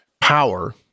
power